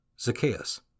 Zacchaeus